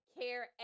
care